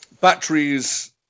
batteries